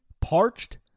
Parched